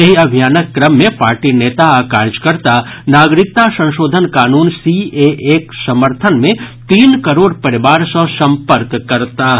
एहि अभियानक क्रम मे पार्टी नेता आ कार्यकर्ता नागरिकता संशोधन कानून सीएएक समर्थन मे तीन करोड़ परिवार सॅ सम्पर्क करताह